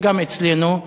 וגם אצלנו,